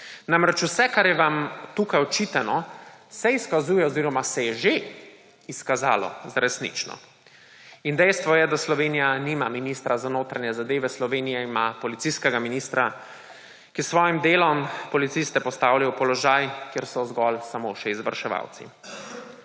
se izkazuje oziroma se je že izkazalo za resnično. Dejstvo je, da Slovenija nima ministra za notranje zadeve, Slovenija ima policijskega ministra, ki s svojim delom policiste postavlja v položaj, kjer so zgolj samo še izvrševalci.